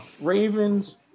Ravens